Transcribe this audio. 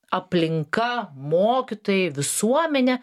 aplinka mokytojai visuomenė